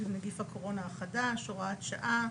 עם נגיף הקורונה החדש (הוראת שעה)